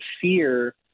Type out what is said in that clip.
fear